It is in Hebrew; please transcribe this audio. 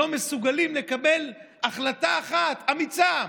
הם לא מסוגלים לקבל החלטה אחת אמיצה,